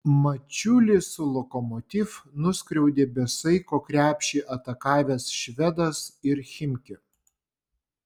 mačiulį su lokomotiv nuskriaudė be saiko krepšį atakavęs švedas ir chimki